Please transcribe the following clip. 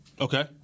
Okay